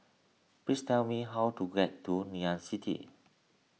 please tell me how to get to Ngee Ann City